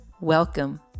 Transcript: Welcome